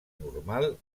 normal